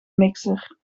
mixer